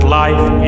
life